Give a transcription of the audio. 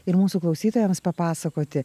ir mūsų klausytojams papasakoti